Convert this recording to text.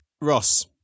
Ross